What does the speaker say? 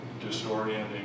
disorienting